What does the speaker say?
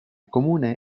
comune